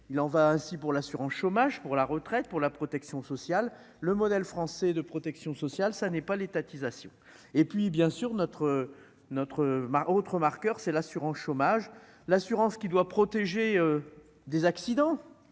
il en va ainsi pour l'assurance chômage pour la retraite pour la protection sociale, le modèle français de protection sociale, ça n'est pas l'étatisation et puis bien sûr notre notre autre marqueur, c'est l'assurance chômage, l'assurance qui doit protéger des accidents,